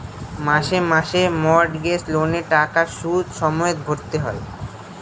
মাসে মাসে মর্টগেজ লোনের টাকা সুদ সমেত ভরতে হয়